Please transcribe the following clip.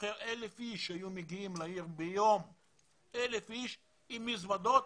שהיו מגיעים לעיר 1,000 אנשים ביום עם מזוודות.